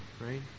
right